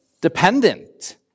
Dependent